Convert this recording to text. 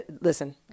Listen